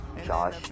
Josh